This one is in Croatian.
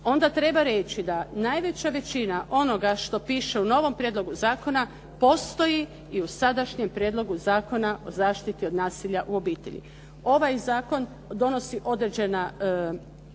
onda treba reći da najveća većina onoga što piše u novom prijedlogu zakona postoji i u sadašnjem Prijedlogu zakona o zaštiti od nasilja u obitelji. Ovaj zakon donosi određena